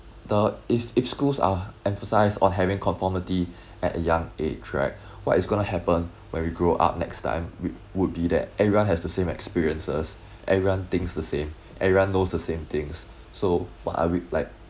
the if if schools are emphasised on having conformity at a young age right what is gonna happen when we grow up next time we would be that everyone has the same experiences everyone thinks the same everyone knows the same things so what are we like